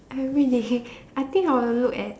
everyday I think I will look at